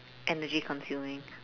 energy consuming